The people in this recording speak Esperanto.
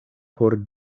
por